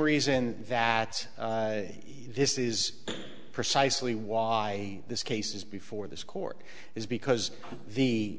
reason that this is precisely why this case is before this court is because the